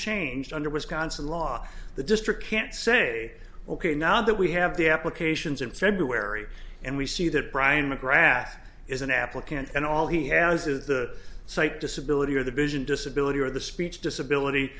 changed under wisconsin law the district can't say ok now that we have the applications in february and we see that brian mcgrath is an applicant and all he has is the sight disability or the vision disability or the speech disability